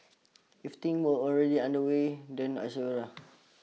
if things were already underway then I say